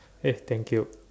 yes thank you